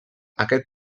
aquest